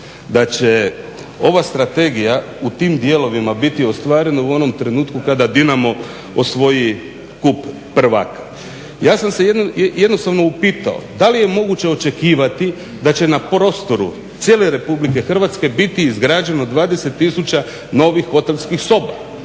da će ova strategija u tim dijelovima biti ostvarena u onom trenutku kada Dinamo osvoji Kup prvaka. Ja sam se jednostavno upitao da li je moguće očekivati da će na prostoru cijele Republike Hrvatske biti izgrađeno 20000 novih hotelskih soba,